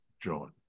John